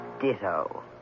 Ditto